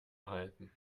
halten